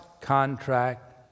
contract